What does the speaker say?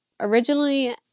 originally